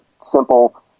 simple